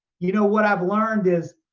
you know what i've learned is,